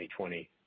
2020